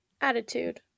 Attitude